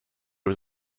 was